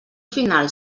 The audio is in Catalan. final